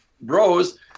bros